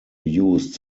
used